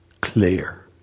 clear